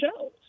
shows